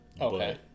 Okay